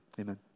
Amen